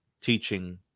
teaching